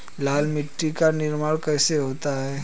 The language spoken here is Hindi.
लाल मिट्टी का निर्माण कैसे होता है?